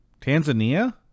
Tanzania